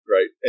Right